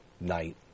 night